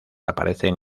aparecen